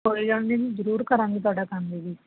ਕੋਈ ਗੱਲ ਨਹੀਂ ਜੀ ਜ਼ਰੂਰ ਕਰਾਂਗੇ ਤੁਹਾਡਾ ਕੰਮ ਜੀ